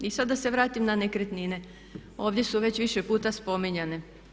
I sad da se vratim na nekretnine ovdje su već više puta spominjane.